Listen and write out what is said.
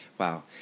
Wow